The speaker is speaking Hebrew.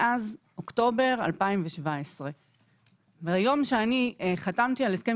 מאז אוקטובר 2017. ביום שאני חתמתי על הסכם